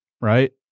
right